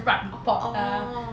oh orh